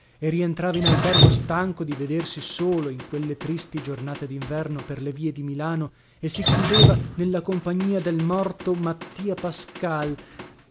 e rientrava in albergo stanco di vedersi solo in quelle tristi giornate dinverno per le vie di milano e si chiudeva nella compagnia del morto mattia pascal